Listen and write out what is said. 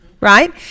right